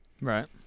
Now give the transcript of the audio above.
Right